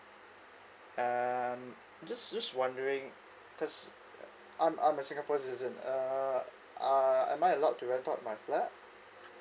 um just just wondering because I'm I'm a singapore citizen uh I am I allowed to rent out my flat